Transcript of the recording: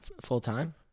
Full-time